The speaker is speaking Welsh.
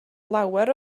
lawer